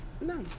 no